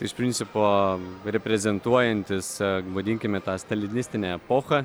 iš principo reprezentuojantis vadinkime tą stalinistinę epochą